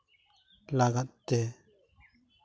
ᱞᱟᱜᱟᱫ ᱛᱮ